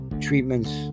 treatments